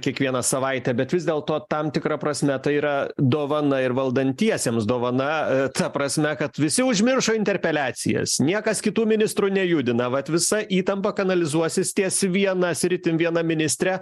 kiekvieną savaitę bet vis dėlto tam tikra prasme tai yra dovana ir valdantiesiems dovana ta prasme kad visi užmiršo interpeliacijas niekas kitų ministrų nejudina vat visa įtampa kanalizuosis ties viena sritim viena ministre